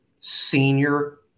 senior